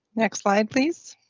next slide, please.